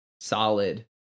solid